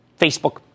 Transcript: Facebook